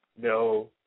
No